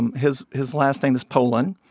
and his his last name is polan.